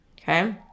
okay